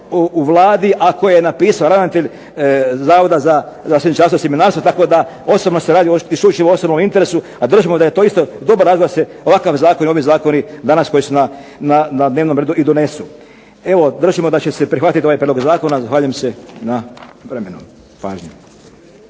u Vladi, a koje je napisao ravnatelj Zavoda za rasadničarstvo i sjemenarstvo, tako da osobno se radi o isključivo o osobnom interesu, a držimo da je to isto dobar razlog da se ovakav zakon i ovi zakoni danas koji su na dnevnom redu i donesu. Evo držimo da će se prihvatiti ovaj prijedlog zakona. Zahvaljujem se na vremenu i pažnji.